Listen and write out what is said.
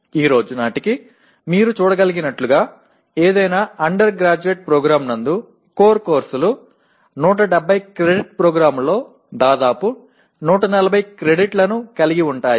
ఈ రోజు నాటికి మీరు చూడగలిగినట్లుగా ఏదైనా అండర్ గ్రాడ్యుయేట్ ప్రోగ్రామ్ నందు కోర్ కోర్సులు 170 క్రెడిట్ ప్రోగ్రామ్లలో దాదాపు 140 క్రెడిట్లను కలిగి ఉంటాయి